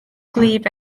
gwlyb